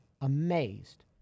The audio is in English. amazed